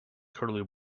curly